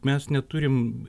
mes neturim